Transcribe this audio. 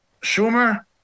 Schumer